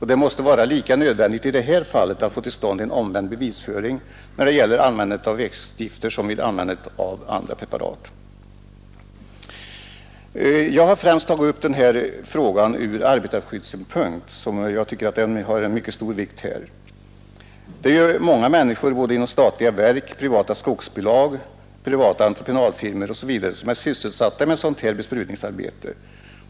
Det måste vara lika nödvändigt att få till stånd en omvänd bevisföring när det gäller användandet av växtgifter av detta slag som vid användandet av andra preparat. Jag har främst tagit upp den här frågan ur arbetarskyddssynpunkt. Många människor som arbetar i statliga verk, privata skogsbolag, privata entreprenadfirmor osv. är sysselsatta med besprutningsarbete.